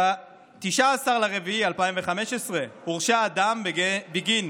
ב-19 באפריל 2015 הורשע אדם בגין